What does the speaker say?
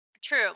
True